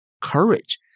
courage